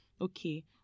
Okay